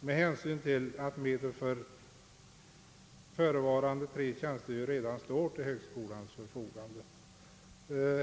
med hänsyn till att medel för förevarande tre tjänster redan står till högskolans förfogande.